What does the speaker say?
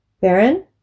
Baron